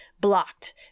blocked